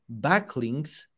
backlinks